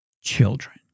children